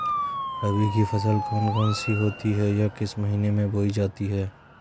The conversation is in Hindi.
रबी की फसल कौन कौन सी होती हैं या किस महीने में बोई जाती हैं?